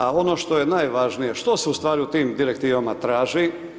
A ono što je najvažnije što se ustvari u tim direktivama traži?